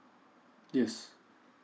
yes